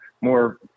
more